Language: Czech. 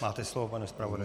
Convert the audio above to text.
Máte slovo, pane zpravodaji.